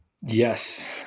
Yes